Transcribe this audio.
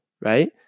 right